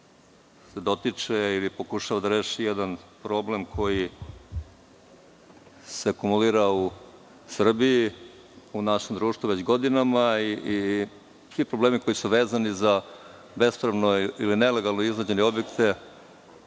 se dotiče, ili pokušava da reši jedan problem koji se akumulira u Srbiji, u našem društvu već godinama i svi problemi koji su vezani za bespravno ili nelegalno izgrađene objekte